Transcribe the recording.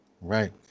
Right